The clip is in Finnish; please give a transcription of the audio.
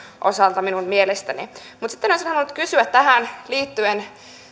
osalta minun mielestäni mutta sitten olisin halunnut kysyä tähän liittyen